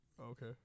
Okay